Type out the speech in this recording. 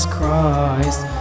Christ